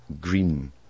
Green